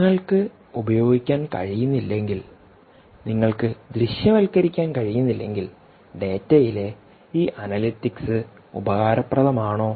നിങ്ങൾക്ക് ഉപയോഗിക്കാൻ കഴിയുന്നില്ലെങ്കിൽ നിങ്ങൾക്ക് ദൃശ്യവൽക്കരിക്കാൻ കഴിയുന്നില്ലെങ്കിൽ ഡാറ്റയിലെ ഈ അനലിറ്റിക്സ് ഉപകാരപ്രദം ആണോ